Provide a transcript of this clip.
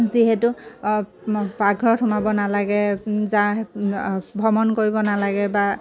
যিহেতু পাকঘৰত সোমাব নালাগে জা ভ্ৰমণ কৰিব নালাগে বা